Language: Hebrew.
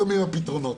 פתרונות.